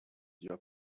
your